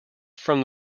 from